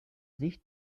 sicht